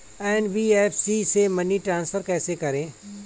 NBFC से money transfer कैसे करें?